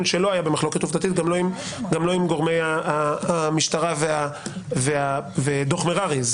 שלא היה במחלוקת עובדתית וגם לא עם גורמי המשטרה ודוח מררי.